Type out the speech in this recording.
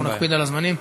אנחנו נקפיד על הזמנים.